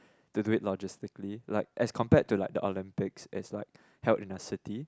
to do it logistically like as compared to like the Olympics it's like held in a city